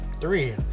Three